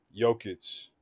Jokic